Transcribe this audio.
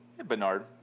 Bernard